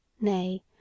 Nay